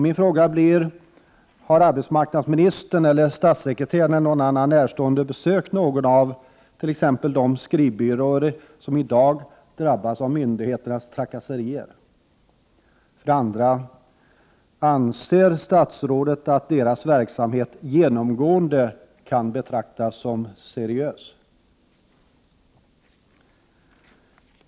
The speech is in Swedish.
Min fråga blir: Har arbetsmarknadsministern, statssekreteraren eller någon annan närstående besökt t.ex. någon av de skrivbyråer som i dag drabbas av myndigheternas trakasserier? Vidare: Anser statsrådet att deras verksamhet genomgående kan betraktas som seriös?